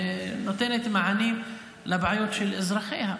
נותנת מענים לבעיות של אזרחיה.